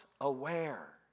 aware